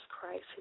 Christ